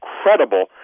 incredible